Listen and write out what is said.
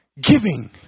giving